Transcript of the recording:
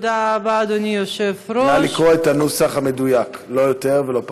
נא לקרוא את הנוסח המדויק, לא יותר ולא פחות.